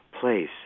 place